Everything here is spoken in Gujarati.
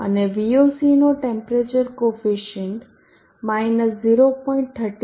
અને VOC નો ટેમ્પરેચર કોફિસીયન્ટ 0